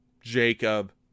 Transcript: jacob